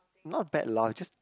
not bad lah just